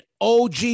OG